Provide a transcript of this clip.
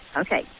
Okay